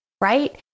right